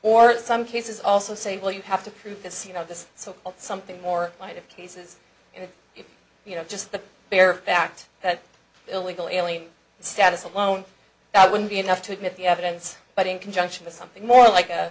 or some cases also say well you have to prove this you know this so something more might have cases and if you know just the bare fact that illegal alien status alone that would be enough to admit the evidence but in conjunction with something more like a